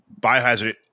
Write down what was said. Biohazard